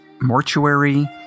mortuary